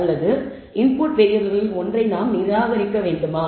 அல்லது இன்புட் வேரியபிள்களில் ஒன்றை நாம் நிராகரிக்க வேண்டுமா